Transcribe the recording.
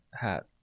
hat